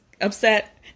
upset